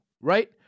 right